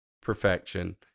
perfection